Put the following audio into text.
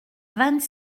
vingt